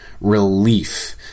relief